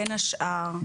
בין השאר.